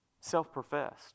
Self-professed